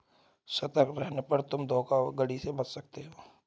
सतर्क रहने पर तुम धोखाधड़ी से बच सकते हो